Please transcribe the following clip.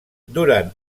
durant